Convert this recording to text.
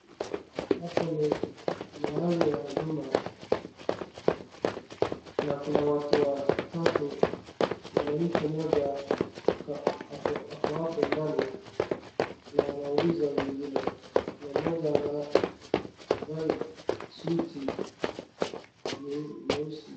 Hapa ni mahali ya huduma na kuna watu watatu, mwanamke mmoja ako hapo ndani na anauliza wengine. Mmoja anavaa suti nyeusi.